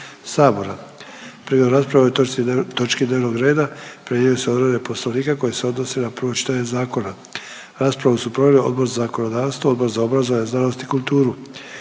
sabora. Prigodom rasprave o ovoj točki dnevnog reda primjenjuju se odredbe Poslovnika koje se odnose na prvo čitanje zakona. Raspravu su proveli Odbor za zakonodavstvo, Odbor za obrazovanje, znanost i kulturu.